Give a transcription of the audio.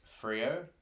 Frio